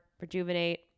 rejuvenate